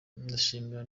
ndashimira